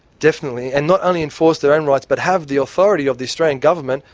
definitely. and not only enforce their own rights but have the authority of the australian government,